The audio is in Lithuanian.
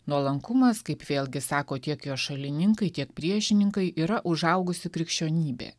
nuolankumas kaip vėlgi sako tiek jo šalininkai tiek priešininkai yra užaugusi krikščionybė